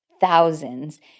Thousands